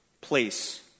place